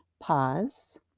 pause